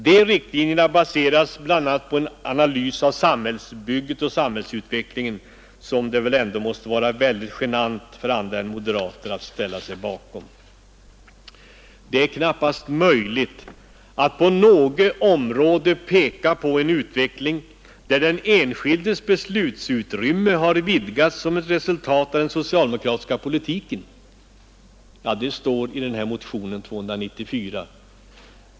De riktlinjerna baseras bl.a. på en analys av samhällsbyggandet och samhällsutvecklingen som det väl ändå måste vara mycket genant för andra än moderaterna att ställa sig bakom. ”Det är knappast möjligt att på något område visa på en utveckling, där den enskildes beslutsutrymme har vidgats som ett resultat av den socialdemokratiska politiken.” Ja, så står det i motionen 294.